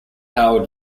howard